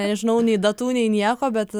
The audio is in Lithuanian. nežinau nei datų nei nieko bet